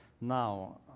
now